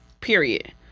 period